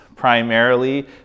primarily